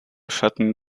schatten